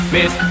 Miss